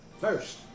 first